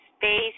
space